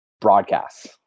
broadcasts